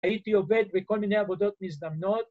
‫הייתי עובד בכל מיני עבודות מזדמנות.